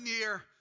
year